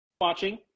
watching